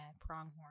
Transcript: pronghorn